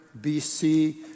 BC